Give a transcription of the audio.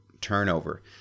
turnover